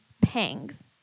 pangs